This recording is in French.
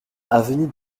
avenue